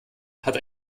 hat